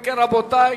רבותי,